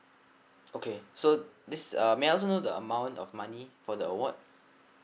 okay so this uh may I also know the amount of money for the award